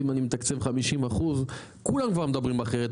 אם אני מתקצב 50% כולם כבר מדברים אחרת,